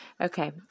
Okay